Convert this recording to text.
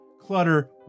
Clutter